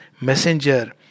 messenger